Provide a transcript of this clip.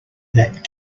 that